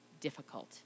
difficult